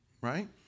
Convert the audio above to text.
right